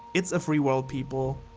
it's a free world people.